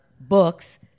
books